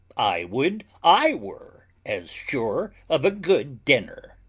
i would i were as sure of a good dinner.